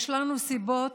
יש לנו סיבות